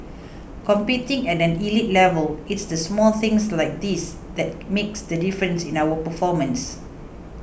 competing at an elite level it's the small things like this that makes the difference in our performance